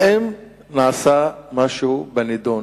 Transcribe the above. האם נעשה משהו בנדון?